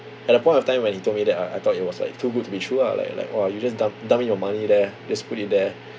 at the point of time when he told me that I I thought it was like too good to be true lah like like !wah! you just dump dump in your money there just put it there